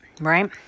Right